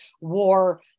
war